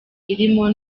irimo